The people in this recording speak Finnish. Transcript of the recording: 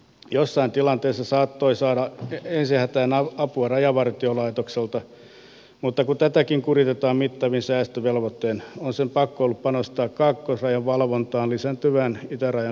jossain tilanteessa saattoi saada ensi hätään apua rajavartiolaitokselta mutta kun tätäkin kuritetaan mittavin säästövelvoittein on sen ollut pakko panostaa kaakkoisrajan valvontaan lisääntyvän itärajan liikenteen takia